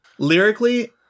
Lyrically